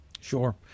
Sure